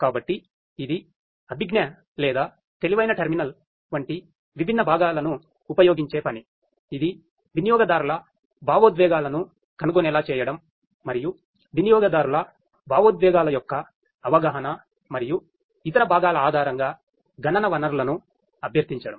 కాబట్టి ఇది అభిజ్ఞా లేదా తెలివైన టెర్మినల్ వంటి విభిన్న భాగాలను ఉపయోగించే పని ఇది వినియోగదారుల భావోద్వేగాలను కనుగొనేల చేయడం మరియు వినియోగదారుల భావోద్వేగాల యొక్క అవగాహన మరియు ఇతర భాగాల ఆధారంగా గణన వనరులను అభ్యర్థించడం